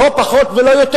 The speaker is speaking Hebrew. לא פחות ולא יותר.